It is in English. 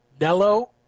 Nello